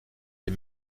des